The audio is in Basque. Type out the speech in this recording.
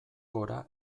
gora